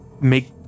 make